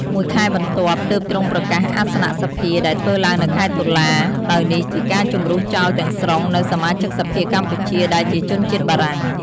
មួយខែបន្ទាប់ទើបទ្រង់ប្រកាសអសនៈសភា ដែលធ្វើឡើងនៅខែតុលា ដោយនេះជាការជម្រុះចោលទាំងស្រុង នូវសមាជិកសភាកម្ពុជាដែលជាជនជាតិបារាំង ។